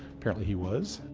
apparently, he was.